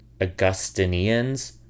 Augustinians